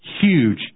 huge